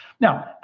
Now